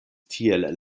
tiel